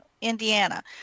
Indiana